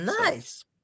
nice